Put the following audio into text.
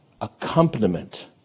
accompaniment